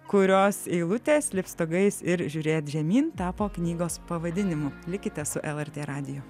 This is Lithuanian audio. kurios eilutės lipt stogais ir žiūrėt žemyn tapo knygos pavadinimu likite su lrt radiju